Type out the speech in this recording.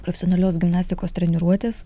profesionalios gimnastikos treniruotės